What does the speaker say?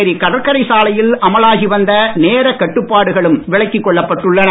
புதுச்சேரி கடற்கரைச் சாலையில் அமலாகி வந்த நேரக் கட்டுப்பாடுகளும் விலக்கிக் கொள்ளப்பட்டுள்ளன